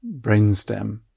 brainstem